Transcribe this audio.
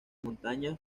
montañas